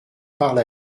parle